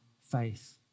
faith